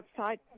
outside